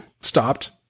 stopped